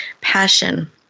passion